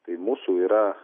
tai mūsų yra